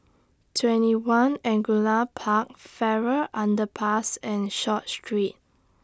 TwentyOne Angullia Park Farrer Underpass and Short Street